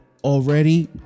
already